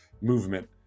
movement